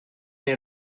neu